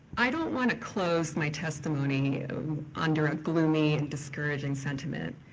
i don't want to close my testimony under a gloomy and discouraging sentiment.